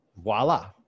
voila